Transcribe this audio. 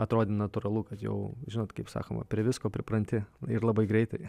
atrodė natūralu kad jau žinot kaip sakoma prie visko pripranti ir labai greitai